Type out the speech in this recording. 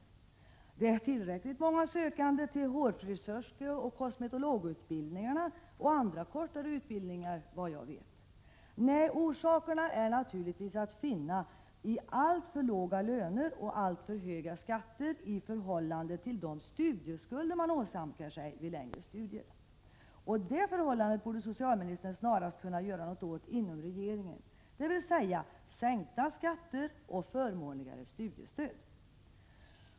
Det är, vad jag vet, tillräckligt många sökande till hårfrisörskeoch kosmetologutbildningarna och andra kortare utbildningar. Nej, orsakerna står naturligtvis att finna i alltför låga löner och alltför höga skatter i förhållande till de studieskulder man åsamkar sig vid längre studier. Det förhållandet borde socialministern snarast kunna göra något åt inom regeringen, dvs. föreslå sänkta skatter och förmånligare studiestöd.